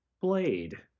Blade